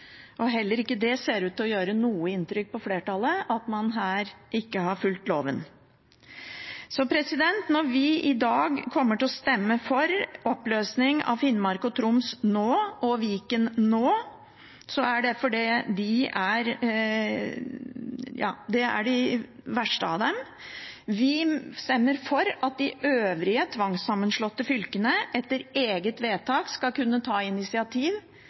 Og heller ikke det ser ut til å gjøre noe inntrykk på flertallet: at man her ikke har fulgt loven. Når vi i dag kommer til å stemme for oppheving av sammenslåing av Finnmark og Troms og oppheving av sammenslåing til Viken, er det fordi det er de verste av dem. Vi stemmer for at de øvrige tvangssammenslåtte fylkene etter eget vedtak skal kunne ta initiativ